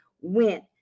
went